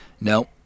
No